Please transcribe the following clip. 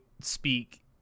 speak